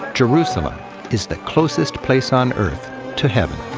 jerusalem is the closest place on earth to heaven.